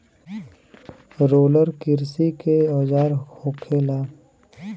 roller किरसी के औजार होखेला